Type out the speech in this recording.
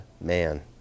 man